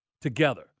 together